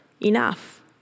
enough